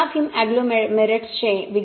silica fume एग्लोमेरेट्सचे agglomerates